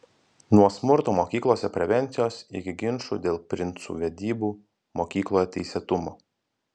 nuo smurto mokyklose prevencijos iki ginčų dėl princų vedybų mokykloje teisėtumo